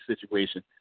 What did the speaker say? situation